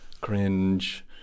cringe